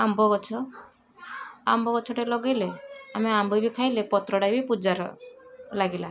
ଆମ୍ବଗଛ ଆମ୍ବଗଛଟେ ଲଗେଇଲେ ଆମେ ଆମ୍ବ ବି ଖାଇଲେ ପତ୍ରଟା ପୂଜାର ଲାଗିଲା